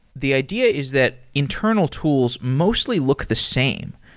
the idea is that internal tools mostly look the same.